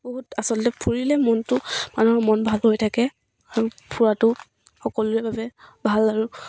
বহুত আচলতে ফুৰিলে মনটো মানুহৰ মন ভালো হৈ থাকে ফুৰাটো সকলোৰে বাবে ভাল আৰু